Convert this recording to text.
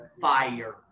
Fire